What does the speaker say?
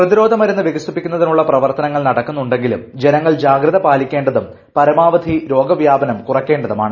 പ്രതിരോധമരുന്ന് വികസിപ്പിക്കുന്നതിനുള്ള പ്രവർത്തനങ്ങൾ നടക്കുന്നുണ്ടെങ്കിലും ജനങ്ങൾ ജാഗ്രത പാലിക്കേണ്ടതും പരമാവധി രോഗവ്യാപനം കുറയ്ക്കേണ്ടതുമാണ്